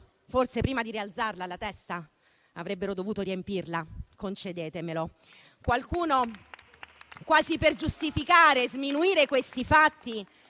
forse prima di rialzare la testa, avrebbero dovuto riempirla, concedetemelo. Qualcuno, quasi per giustificare e sminuire questi fatti,